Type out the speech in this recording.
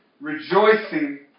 rejoicing